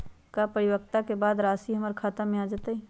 का परिपक्वता के बाद राशि हमर खाता में आ जतई?